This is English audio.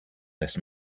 this